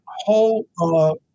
whole